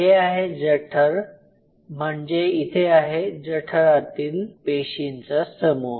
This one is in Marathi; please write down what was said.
हे आहे जठर म्हणजे इथे आहे जठरातील पेशींचा समूह